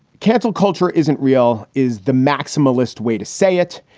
cancel culture isn't real is the maximalist way to say it,